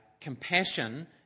Compassion